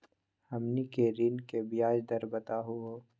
हमनी के ऋण के ब्याज दर बताहु हो?